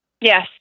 Yes